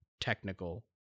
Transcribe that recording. technical